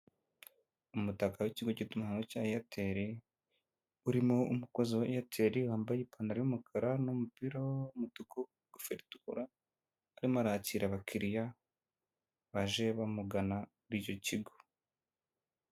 Umutaka w'ikigo cy'itumanaho cya eyateli, urimo umukozi wa eyateli wambaye ipantaro y'umukara n'umupira w'umutuku, ingofero iturakura arimo arakira abakiriya baje bamugana muri icyo kigo.